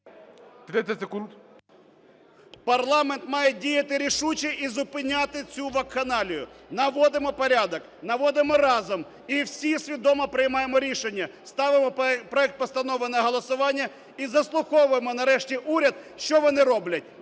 БОНДАР В.В. Парламент має діяти рішуче і зупиняти цю вакханалію. Наводимо порядок, наводимо разом і всі свідомо приймаємо рішення, ставимо проект постанови на голосування і заслуховуємо нарешті уряд, що вони роблять